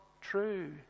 true